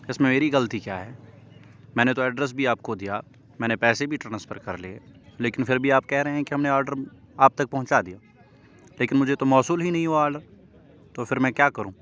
اس میں میری غلطی کیا ہے میں نے تو ایڈریس بھی آپ کو دیا میں نے پیسے بھی ٹرانسفر کر لیے لیکن پھر بھی آپ کہہ رہے ہیں کہ ہم نے آڈر آپ تک پہنچا دیا لیکن مجھے تو موصول ہی نہیں ہوا آڈر تو پھر میں کیا کروں